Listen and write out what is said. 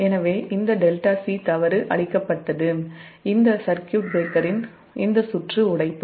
எனவே இந்த 𝜹𝒄 தவறு அழிக்கப்பட்டது இந்த சர்க்யூட் பிரேக்கரின் இந்த சுற்று உடைப்பு